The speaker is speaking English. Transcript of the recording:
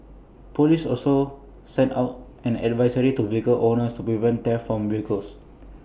Police also sent out an advisory to vehicle owners to prevent theft from vehicles